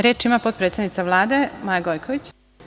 Reč ima potpredsednica Vlade Maja Gojković.